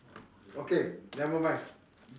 okay never mind